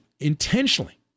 intentionally